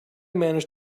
managed